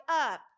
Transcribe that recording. up